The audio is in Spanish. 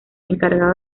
encargado